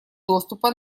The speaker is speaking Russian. доступа